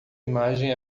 imagem